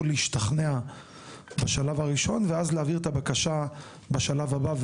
להשתכנע בשלב הראשון ואז להעביר את הבקשה בשלב הבא.